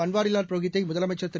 பன்வாரிலால் புரோஹித்தை முதலமைச்சர் திரு